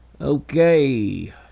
Okay